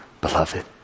beloved